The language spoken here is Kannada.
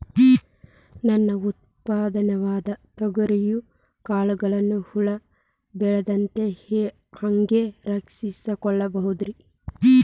ನನ್ನ ಉತ್ಪನ್ನವಾದ ತೊಗರಿಯ ಕಾಳುಗಳನ್ನ ಹುಳ ಬೇಳದಂತೆ ಹ್ಯಾಂಗ ರಕ್ಷಿಸಿಕೊಳ್ಳಬಹುದರೇ?